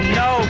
no